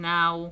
Now